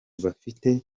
bafite